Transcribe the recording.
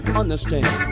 understand